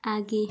आगे